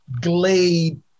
Glade